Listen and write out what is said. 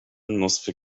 نصف